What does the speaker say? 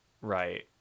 Right